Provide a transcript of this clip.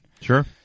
Sure